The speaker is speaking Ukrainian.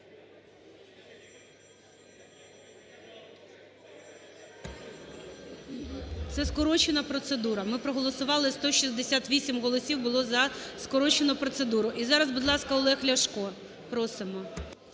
Це скорочена процедура, ми проголосували, 168 голосів було за скорочену процедуру. І зараз, будь ласка, Олег Ляшко. Просимо.